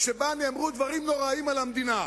שבהם נאמרו דברים נוראיים על המדינה,